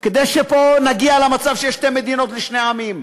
כדי שפה נגיע למצב שיש שתי מדינות לשני עמים.